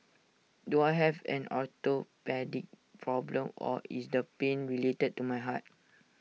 do I have an orthopaedic problem or is the pain related to my heart